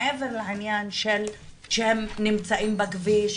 מעבר לעניין שהם נמצאים בכביש,